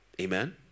Amen